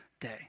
day